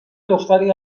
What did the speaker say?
دختری